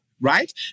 right